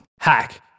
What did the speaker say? Hack